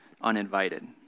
uninvited